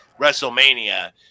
WrestleMania